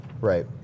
Right